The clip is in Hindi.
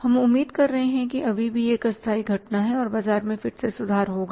हम उम्मीद कर रहे हैं कि अभी भी यह एक अस्थायी घटना है और बाजार में फिर से सुधार होगा